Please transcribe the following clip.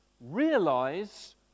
realize